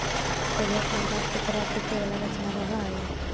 rake में दाँत के तरह आकृति वाला रचना रहऽ हई